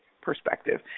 perspective